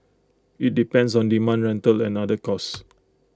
IT depends on demand rental and other costs